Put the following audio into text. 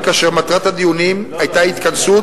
כאשר מטרת הדיונים היתה התכנסות